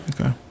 Okay